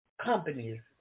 companies